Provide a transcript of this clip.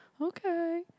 okay